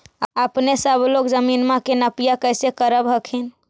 अपने सब लोग जमीनमा के नपीया कैसे करब हखिन?